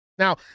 Now